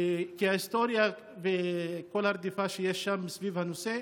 עקב ההיסטוריה וכל הרדיפה שיש שם סביב הנושא.